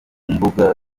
mbuga